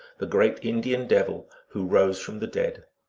the great indian devil, who rose from the dead.